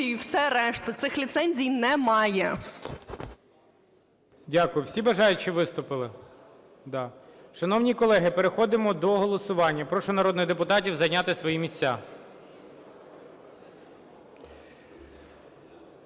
і все решта. Цих ліцензій немає.